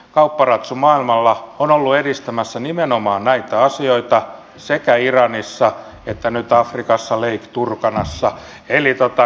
kaupparatsu maailmalla on ollu edistämässä nimenomaan näitä asioita eduskunta edellyttää että nyt afrikassa oli turtarassa eli totta